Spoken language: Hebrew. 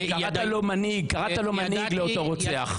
קראת לאותו רוצח מנהיג.